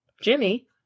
Jimmy